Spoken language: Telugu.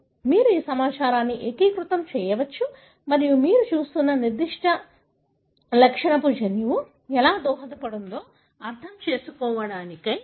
మీరు ఈ సమాచారాన్ని ఏకీకృతం చేయవచ్చు మరియు మీరు చూస్తున్న నిర్దిష్ట లక్షణానికి జన్యువు ఎలా దోహదపడుతుందో అర్థం చేసుకోవడానికి ప్రయత్నించ వచ్చు